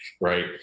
right